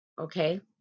Okay